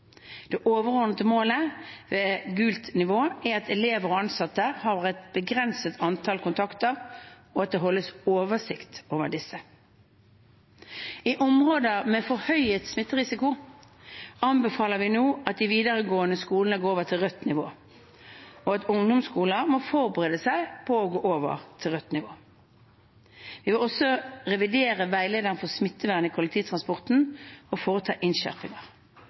Det overordnede målet ved gult nivå er at elever og ansatte har et begrenset antall kontakter, og at det holdes oversikt over disse. I områder med førhøyet smitterisiko anbefaler vi nå at de videregående skolene går over til rødt nivå, og ungdomsskoler må forberede seg på å gå over til rødt nivå. Vi vil også revidere veilederen for smittevern i kollektivtransporten og foreta innskjerpinger.